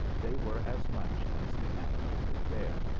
they were as much as the animal could bear